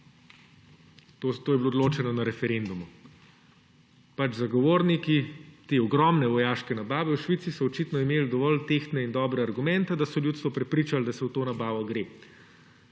To je bilo odločeno na referendumu. Zagovorniki te ogromne vojaške nabave v Švici so očitno imeli dovolj tehtne in dobre argumente, da so ljudstvo prepričali, da se v to nabavo gre.